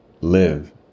live